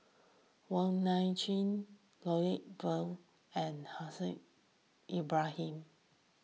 Wong Nai Chin Lloyd Valberg and Haslir Bin Ibrahim